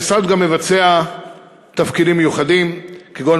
המשרד גם מבצע תפקידים מיוחדים כגון